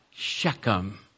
Shechem